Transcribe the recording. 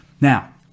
Now